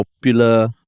popular